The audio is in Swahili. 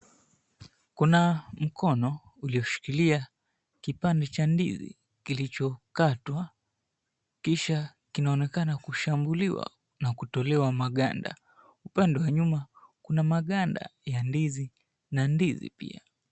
Kuna mkono ulioshikilia kipande cha ndizi kilichokatwa kisha kinaonekana kushambuliwa na kutolewa maganda, upande wa nyum,a kuna maganda ya ndizi na ndizi pia.